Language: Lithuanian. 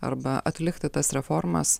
arba atlikti tas reformas